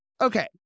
Okay